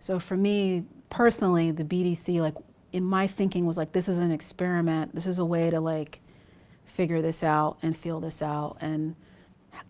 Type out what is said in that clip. so for me, personally, the bdc like in my thinking was like this is an experiment. this is a way to like figure this out and feel this out and